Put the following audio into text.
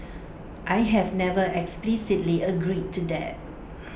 I have never explicitly agreed to that